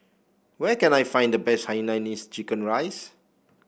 where can I find the best Hainanese Chicken Rice